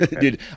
Dude